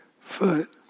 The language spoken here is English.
foot